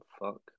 Fuck